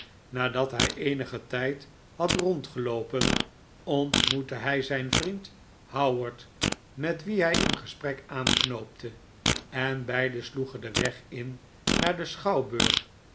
nadat hij eenigen tijd had rondgeloopen ontmoette hy zijn vriend howard met wien hij een gesprek aanknoopte en beiden sloegen den weg in naar den schouwburg